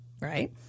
right